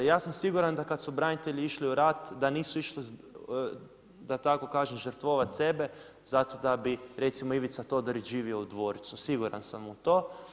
Ja sam siguran da kad su branitelji išli u rat da nisu išli, da tako kažem žrtvovati sebe zato da bi recimo Ivica Todorić živio u dvorcu, siguran sam u to.